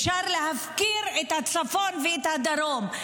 אפשר להפקיר את הצפון ואת הדרום,